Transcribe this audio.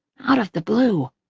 out of the blue,